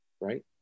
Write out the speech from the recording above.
right